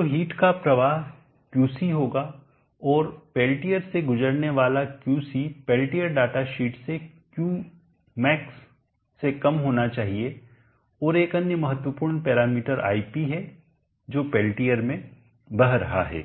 तो हीट का प्रवाह क्यूसी होगा और पेल्टियर से गुजरने वाला क्यूसी पेल्टियर डेटा शीट से क्यूमैक्स से कम होना चाहिए और एक अन्य महत्वपूर्ण पैरामीटर आईपी है जो कि पेल्टियर में बह रहा है